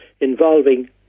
involving